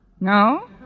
No